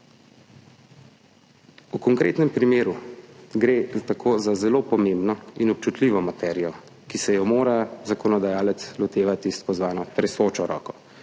V konkretnem primeru gre tako za zelo pomembno in občutljivo materijo, ki se jo mora zakonodajalec lotevati s tako imenovano tresočo roko,